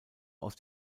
aus